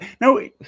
No